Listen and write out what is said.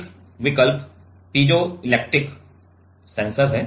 एक विकल्प piezoelectric sensor है